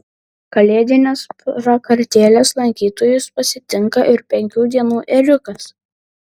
kalėdinės prakartėlės lankytojus pasitinka ir penkių dienų ėriukas